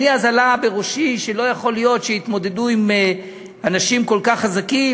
עלה אז בראשי שלא יכול להיות שיתמודדו עם אנשים כל כך חזקים,